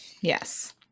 Yes